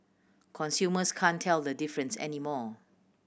consumers can't tell the difference anymore